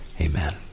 amen